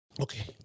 Okay